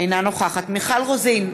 אינה נוכחת מיכל רוזין,